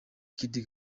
kid